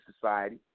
society